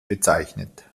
bezeichnet